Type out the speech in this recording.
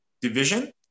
division